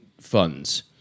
funds